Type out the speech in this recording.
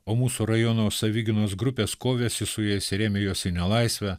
o mūsų rajono savigynos grupės kovėsi su jais ir ėmė juos į nelaisvę